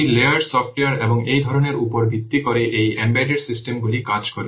এটি layered software এবং এই ধারণার উপর ভিত্তি করে এই এমবেডেড সিস্টেমগুলি কাজ করে